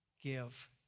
give